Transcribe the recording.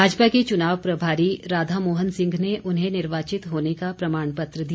भाजपा के चुनाव प्रभारी राधा मोहन सिंह ने उन्हें निर्वाचित होने का प्रमाण पत्र दिया